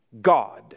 God